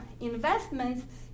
investments